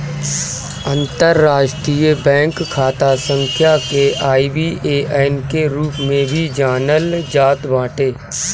अंतरराष्ट्रीय बैंक खाता संख्या के आई.बी.ए.एन के रूप में भी जानल जात बाटे